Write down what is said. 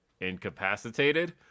incapacitated